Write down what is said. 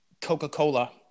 Coca-Cola